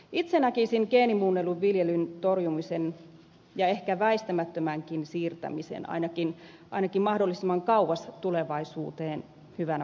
itse näkisin geenimuunnellun viljelyn torjumisen ja ehkä väistämättömänkin siirtämisen ainakin mahdollisimman kauas tulevaisuuteen hyvänä vaihtoehtona